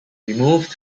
removed